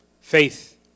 Faith